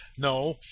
No